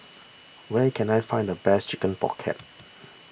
where can I find the best Chicken Pocket